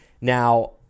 Now